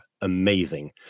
amazing